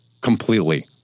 completely